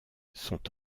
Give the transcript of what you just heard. sont